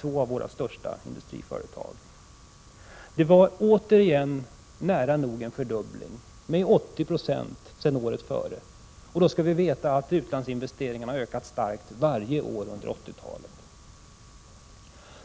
två av våra största industriföretag. Det var återigen nära nog en fördubbling, med 80 96, jämfört med året innan, och då skall vi veta att utlandsinvesteringarna har ökat starkt varje år under 1980-talet.